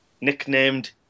nicknamed